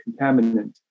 contaminant